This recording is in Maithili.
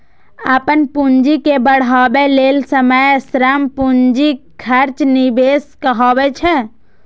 अपन पूंजी के बढ़ाबै लेल समय, श्रम, पूंजीक खर्च निवेश कहाबै छै